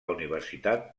universitat